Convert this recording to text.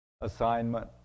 assignment